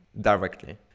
directly